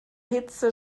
hitze